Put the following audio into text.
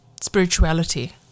spirituality